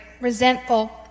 resentful